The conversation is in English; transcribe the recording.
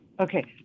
Okay